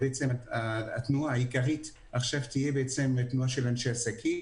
והתנועה העיקרית תהיה תנועה של אנשי עסקים,